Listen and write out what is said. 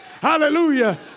Hallelujah